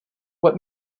what